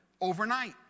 overnight